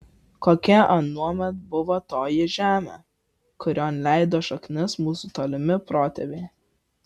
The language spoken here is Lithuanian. kokia anuomet buvo toji žemė kurion leido šaknis mūsų tolimi protėviai